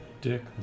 Dick